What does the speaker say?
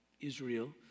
Israel